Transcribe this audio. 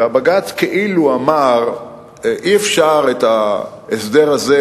והבג"ץ כאילו אמר שאי-אפשר את ההסדר הזה,